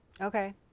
Okay